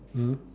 mm